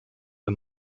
der